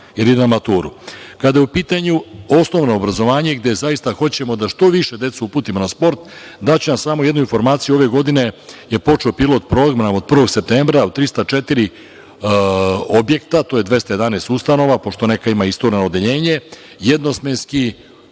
idu na maturu. Kada je u pitanju osnovno obrazovanje, gde zaista hoćemo da što više decu uputimo na sport, daću vam samo jednu informaciju, ove godine je počeo pilot program od 1. septembra od 304 objekta, to je 211 ustanova, pošto neka ima istureno odeljenje, jednosmenski,